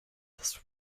this